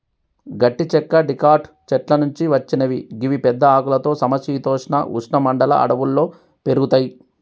గట్టి చెక్క డికాట్ చెట్ల నుంచి వచ్చినవి గివి పెద్ద ఆకులతో సమ శీతోష్ణ ఉష్ణ మండల అడవుల్లో పెరుగుతయి